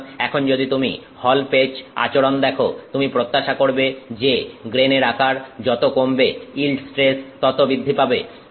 সুতরাং এখন যদি তুমি হল পেচ আচরণ দেখো তুমি প্রত্যাশা করবে যে গ্রেনের আকার যত কমবে ইল্ড স্ট্রেস তত বৃদ্ধি পাবে